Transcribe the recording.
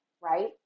right